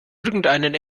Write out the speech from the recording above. irgendeinen